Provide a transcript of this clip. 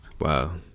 Wow